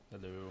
Hello